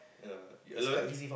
yeah eat alone